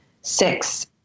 Six